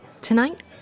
Tonight